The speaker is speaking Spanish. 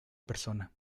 persona